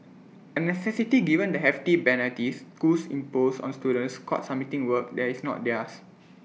A necessity given the hefty penalties schools impose on students caught submitting work that is not theirs